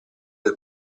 del